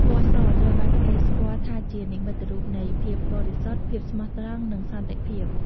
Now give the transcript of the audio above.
ពណ៌ស ត្រូវបានគេស្គាល់ថាជានិមិត្តរូបនៃ ភាពបរិសុទ្ធ ភាពស្មោះត្រង់ និង សន្តិភាព។